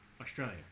Australia